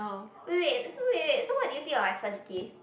wait wait wait so wait wait so what do you think of my first gift